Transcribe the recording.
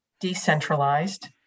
decentralized